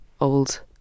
old